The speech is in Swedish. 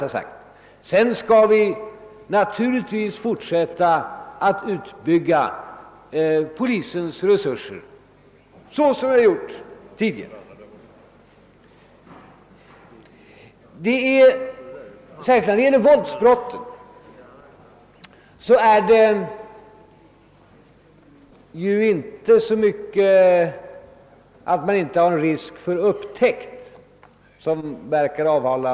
Vidare vill jag framhålla att vi naturligtvis skall fortsätta att utbygga polisens resurser såsom vi har gjort tidigare. Särskilt när det gäller våldsbrotten är det som verkar avhållande kanske inte så mycket risken för upptäckt.